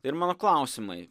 ir mano klausimai